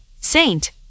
Saint